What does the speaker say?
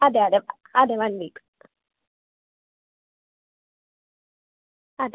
അതെ അതെ അതെ വൺ വീക്ക് അതെ